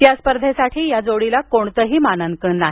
या स्पर्धेसाठी या जोडीला कोणतेही मानांकन नाही